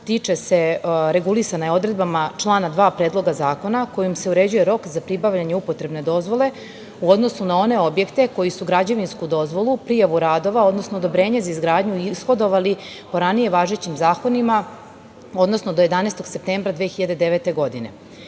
izmena regulisana je odredbama člana 2. Predloga zakona, kojim se uređuje rok za pribavljanje upotrebne dozvole u odnosu na one objekte koji su građevinsku dozvolu, prijavu radova, odnosno odobrenje za izgradnju ishodovali po ranije važećim zakonima, odnosno do 11. septembra 2009. godine. Imajući